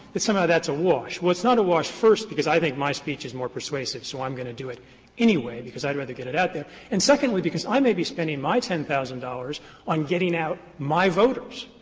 that somehow that's a wash. well, it's not a wash, first, because i think my speech is more persuasive so i'm going to do it anyway, because i'd rather get it out there and secondly, because i may be spending my ten thousand dollars on getting out my voters,